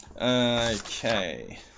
Okay